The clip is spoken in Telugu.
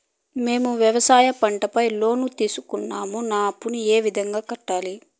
మేము వ్యవసాయ పంట పైన లోను తీసుకున్నాం నా అప్పును ఏ విధంగా కట్టాలి